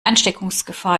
ansteckungsgefahr